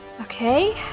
Okay